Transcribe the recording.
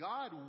God